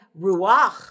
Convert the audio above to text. ruach